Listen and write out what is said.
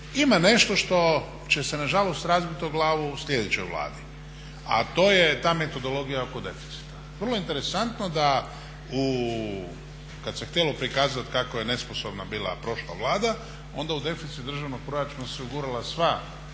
ima nešto što će se nažalost razbiti o glavu sljedećoj vladi, a to je ta metodologija oko deficita. Vrlo je interesantno kada se htjelo prikazati kako je nesposobna bila prošla vlada onda u deficit državnog proračuna su se ugurala sva